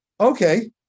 Okay